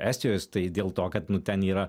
estijos tai dėl to kad nu ten yra